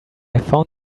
found